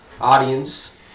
audience